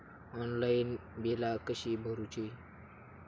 Online बिला कशी भरूची?